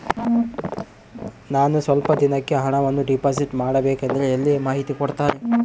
ನಾನು ಸ್ವಲ್ಪ ದಿನಕ್ಕೆ ಹಣವನ್ನು ಡಿಪಾಸಿಟ್ ಮಾಡಬೇಕಂದ್ರೆ ಎಲ್ಲಿ ಮಾಹಿತಿ ಕೊಡ್ತಾರೆ?